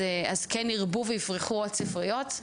אז כן ירבו ויפרחו עוד ספריות,